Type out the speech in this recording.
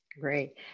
Great